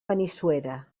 benissuera